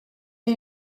est